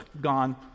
gone